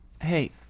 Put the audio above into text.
Hey